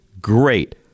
great